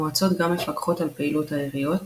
המועצות גם מפקחות על פעילות העיריות.